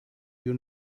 you